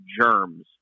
germs